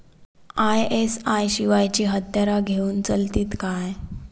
ISI शिवायची हत्यारा घेऊन चलतीत काय?